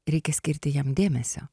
reikia skirti jam dėmesio